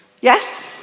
Yes